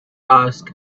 ask